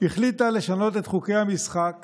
החליטו לשנות את חוקי המשחק